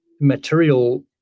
material